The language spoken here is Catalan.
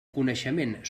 coneixement